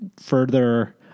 further